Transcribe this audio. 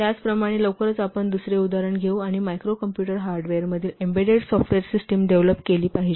त्याचप्रमाणे लवकरच आपण दुसरे उदाहरण घेऊ आणि मायक्रो कंप्यूटर हार्डवेअरवरील एम्बेडेड सॉफ्टवेअर सिस्टम डेव्हलोप केली पाहिजे